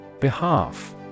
Behalf